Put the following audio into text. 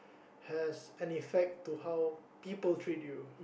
has an effect to how people treat you